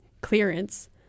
clearance